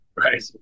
right